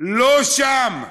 לא שם.